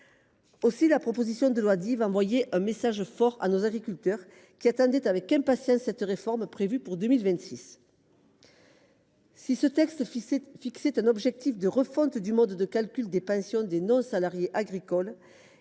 Aussi, la proposition de loi Dive a envoyé un message fort à nos agriculteurs, qui attendaient avec impatience cette réforme, prévue pour 2026. Cependant, si le texte fixait un objectif de refonte du mode de calcul des pensions des non salariés agricoles,